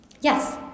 Yes